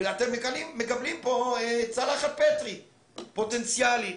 ואתם מקבלים פה צלחת פטרי פוטנציאלית.